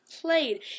played